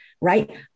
right